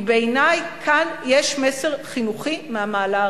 כי בעיני יש כאן מסר חינוכי מהמעלה הראשונה.